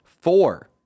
four